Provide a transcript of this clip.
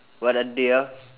what are they ah